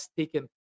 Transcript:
taken